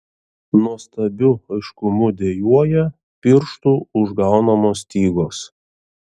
nuostabiu aiškumu dejuoja pirštų užgaunamos stygos